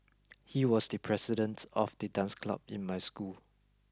he was the president of the dance club in my school